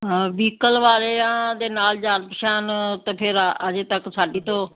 ਹਾਂ ਵਹੀਕਲ ਵਾਲਿਆਂ ਦੇ ਨਾਲ ਜਾਣ ਪਛਾਣ ਅਤੇ ਫਿਰ ਅਜੇ ਤੱਕ ਸਾਡੀ ਤੋਂ